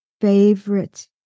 favorite